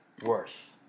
worse